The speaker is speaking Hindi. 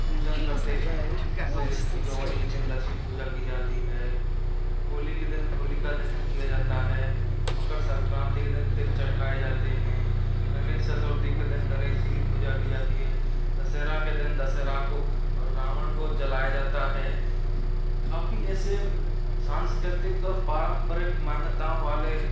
पूजन करते हैं जेसे दीपावली के दिन लक्ष्मी पूजा की जाती है होली के दिन होलिका दहन किया जाता है मकर संक्रांति के दिन तिलचट खाए जाते हैं गणेश चतुर्थी के दिन गणेश जी की पूजा की जाती है दशहरा के दिन दशहरा को और रावण को जलाया जाता है काफ़ी ऐसे सांस्कृतिक और पारंपरिक मान्यताओं वाले